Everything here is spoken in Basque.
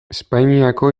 espainiako